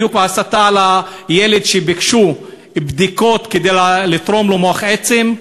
בדיוק הסתה על הילד שביקשו בדיקות כדי לתרום לו מח עצם,